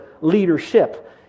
leadership